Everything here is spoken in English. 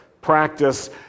practice